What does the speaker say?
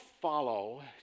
follow